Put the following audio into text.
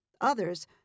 Others